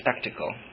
spectacle